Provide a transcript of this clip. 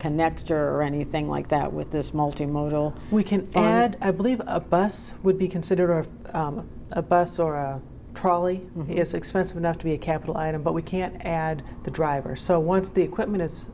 connector or anything like that with this multi modal we can and i believe a bus would be considered a bus or a trolley is expensive enough to be a capital item but we can't add the driver so once the equipment is